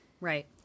Right